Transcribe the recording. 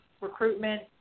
recruitment